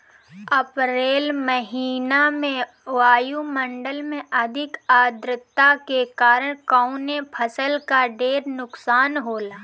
अप्रैल महिना में वायु मंडल में अधिक आद्रता के कारण कवने फसल क ढेर नुकसान होला?